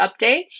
updates